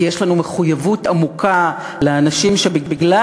כי יש לנו מחויבות עמוקה לאנשים שבגלל